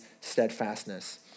steadfastness